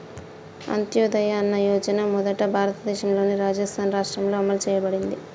అంత్యోదయ అన్న యోజన మొదట భారతదేశంలోని రాజస్థాన్ రాష్ట్రంలో అమలు చేయబడింది